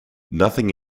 nothing